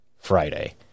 Friday